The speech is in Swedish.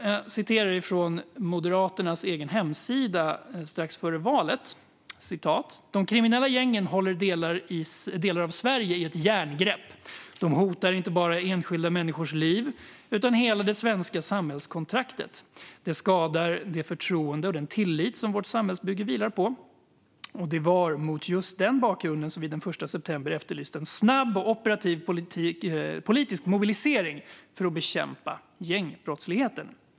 Jag citerar från Moderaternas egen hemsida strax före valet: "De kriminella gängen håller delar av Sverige i ett järngrepp. De hotar inte bara enskilda människors liv, utan hela det svenska samhällskontraktet. Det skadar det förtroende och den tillit som vårt samhällsbygge vilar på. Det var mot just den bakgrunden vi den 1 september efterlyste en snabb och operativ politisk mobilisering för att bekämpa gängbrottsligheten."